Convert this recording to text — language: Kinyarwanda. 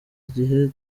igihe